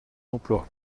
emploi